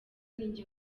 nijye